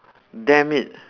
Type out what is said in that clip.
damn it